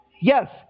Yes